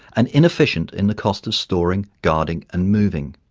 and inefficient in the cost of storing, guarding and moving.